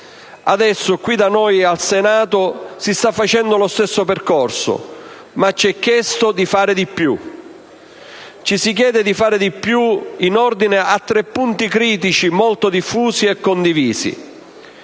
Adesso qui da noi, al Senato, si sta facendo lo stesso percorso, ma ci viene chiesto di fare di più in ordine a tre punti critici molto diffusi e condivisi.